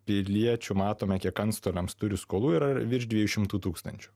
piliečių matome kiek antstoliams turiu skolų yra virš dviejų šimtų tūkstančių